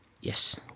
yes